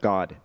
God